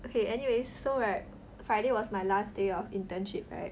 okay anyways so right friday was my last day of internship right